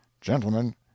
Gentlemen